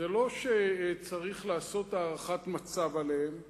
זה לא שצריך לעשות הערכת מצב עליהן.